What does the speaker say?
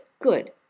good